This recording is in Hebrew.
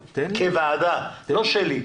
כוועדה, לא שלי.